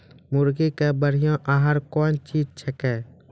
मुर्गी के बढ़िया आहार कौन चीज छै के?